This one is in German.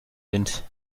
wind